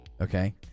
Okay